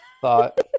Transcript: thought